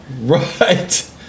right